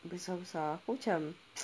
besar-besar aku macam